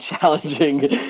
challenging